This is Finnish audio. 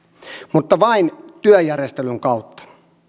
mutta vain työjärjestelyn kautta